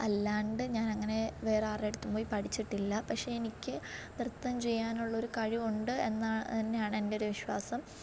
അല്ലാണ്ട് ഞാനങ്ങനെ വേറാരടുത്തും പോയി പഠിച്ചിട്ടില്ല പക്ഷേ എനിക്ക് നൃത്തം ചെയാനുള്ളൊരു കഴിവുണ്ട് എന്ന് എന്ന് തന്നെയാണ് എൻ്റെയൊരു വിശ്വാസം